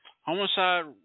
Homicide